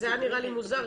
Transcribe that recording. זה היה נראה לי מוזר.